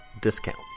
discount